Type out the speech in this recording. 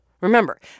Remember